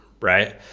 Right